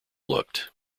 looked